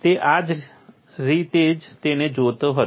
તે આ રીતે જ તેને જોતો હતો